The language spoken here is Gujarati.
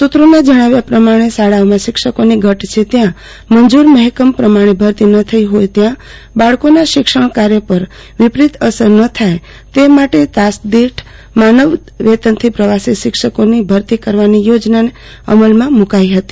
સુત્રોના જણાવ્યા પ્રમાણે શાળાઓમાં શિક્ષકોની ઘટ છે ત્યાં મંજુર મહેકમ પ્રમાણે ભરતી ન થઈ ફોય ત્યાં બાળકોના શિક્ષણકાર્ય પર વિપરીત અસર ન થાય તે માટે તાસદીઠ માનદ વેતનથી પ્રવાસી શિક્ષકોની ભરતી કરવાની યોજના અમલમાં મુકાઈ હતી